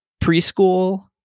preschool